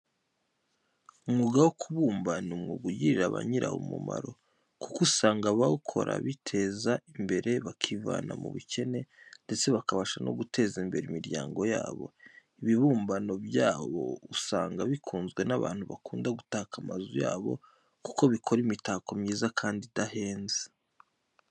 Umwuga wo kubumba ni umwuga ugirira ba nyirawo umumaro, kuko usanga abawukora biteza imbere bakivana mu bukene, ndetse bakabasha no guteza imbere imiryango yabo. Ibibumbano byabo usanga bikunzwe n'abantu bakunda gutaka amazu yabo, kuko bikora imitako myiza kandi idahenze.